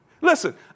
Listen